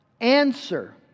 answer